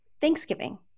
Thanksgiving